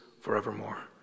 forevermore